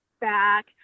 back